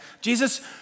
Jesus